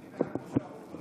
אני בעד משה אבוטבול.